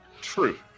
True